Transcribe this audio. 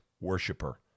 worshiper